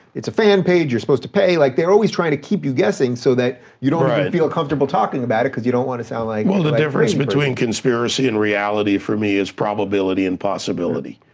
it's a fan page, you're supposed to pay. like they're always trying to keep you guessing so that you don't even feel comfortable talking about it cause you don't want to sound like. well, the difference between conspiracy and reality for me is probability and possibility.